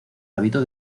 hábito